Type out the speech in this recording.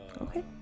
Okay